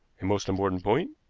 a most important point,